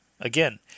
Again